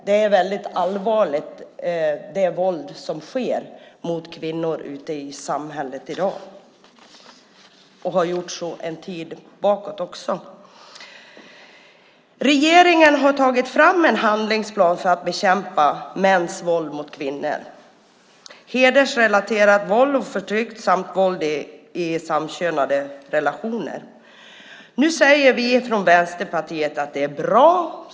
Det våld som sker och har skett mot kvinnor ute i samhället är mycket allvarligt. Regeringen har tagit fram en handlingsplan för att bekämpa mäns våld mot kvinnor, hedersrelaterat våld och förtryck samt våld i samkönade relationer. Vi i Vänsterpartiet tycker att det är bra.